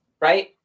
right